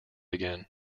again